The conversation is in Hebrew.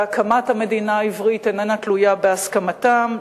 והקמת המדינה העברית איננה תלויה בהסכמתם.